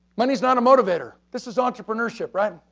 money is not a motivator, this is entrepreneurship, right?